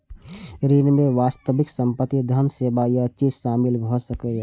ऋण मे वास्तविक संपत्ति, धन, सेवा या चीज शामिल भए सकैए